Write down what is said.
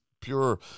pure